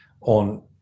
on